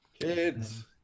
kids